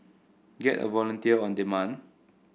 get a volunteer on demand